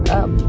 up